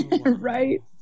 right